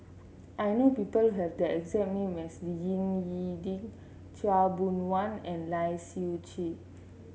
I know people who have the exact name as Ying E Ding Khaw Boon Wan and Lai Siu Chiu